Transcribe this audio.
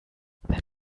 that